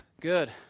Good